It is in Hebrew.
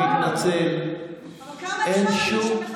(הניסיון הרב הזה, אשר אני מודה לאל עליו,